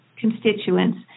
constituents